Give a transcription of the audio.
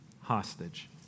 hostage